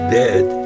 dead